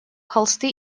холсты